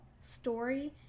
story